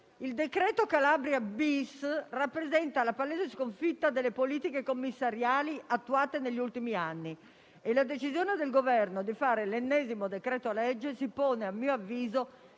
decreto Calabria-*bis* rappresenta la palese sconfitta delle politiche commissariali attuate negli ultimi anni e la decisione del Governo di adottare l'ennesimo decreto-legge si pone, a mio avviso,